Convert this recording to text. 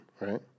right